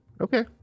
Okay